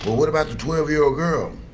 what about the twelve year old girl?